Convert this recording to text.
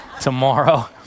tomorrow